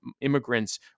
immigrants